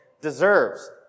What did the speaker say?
deserves